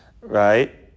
right